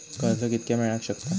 कर्ज कितक्या मेलाक शकता?